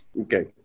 okay